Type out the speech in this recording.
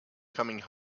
coming